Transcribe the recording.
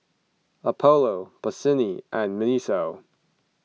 Apollo Bossini and Miniso